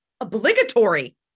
obligatory